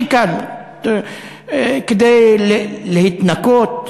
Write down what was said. הכי קל כדי להתנקות.